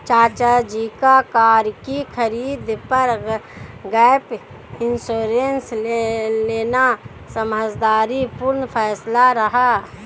चाचा जी का कार की खरीद पर गैप इंश्योरेंस लेना समझदारी पूर्ण फैसला रहा